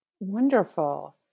Wonderful